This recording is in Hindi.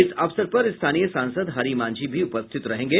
इस अवसर पर स्थानीय सांसद हरि मांझी भी उपस्थित रहेंगे